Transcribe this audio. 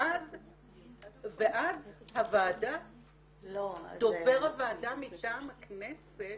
ואז דובר הוועדה מטעם הכנסת